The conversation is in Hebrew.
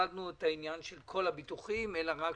את העניין של כל הביטוחים והשארנו רק